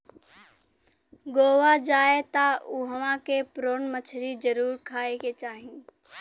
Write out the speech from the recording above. गोवा जाए त उहवा के प्रोन मछरी जरुर खाए के चाही